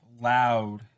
loud